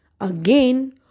Again